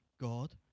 God